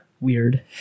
Weird